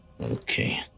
okay